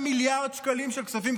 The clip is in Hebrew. שאין 120 מיליוני שקלים למשבר הדיור אלמלא